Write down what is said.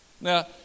Now